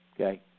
Okay